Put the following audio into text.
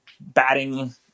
batting